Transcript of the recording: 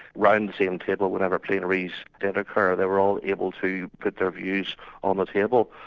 round the same table. whenever plenaries did occur, they were all able to put their views on the table.